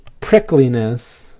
prickliness